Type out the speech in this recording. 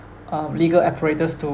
uh legal operators to